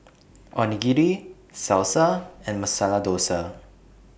Onigiri Salsa and Masala Dosa